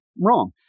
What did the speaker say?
wrong